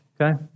Okay